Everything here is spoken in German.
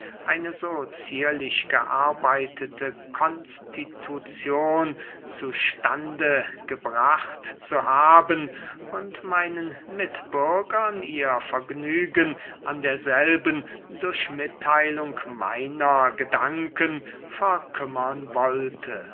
eine so zierlich gearbeitete konstituzion zu stande gebracht zu haben und meinen mitbürgern ihr vergnügen an derselben durch mittheilung meiner gedanken verkümmern wollte